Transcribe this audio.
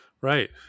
right